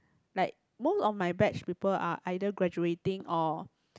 like most of my batch people are either graduating or